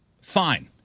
Fine